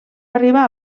arribar